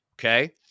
Okay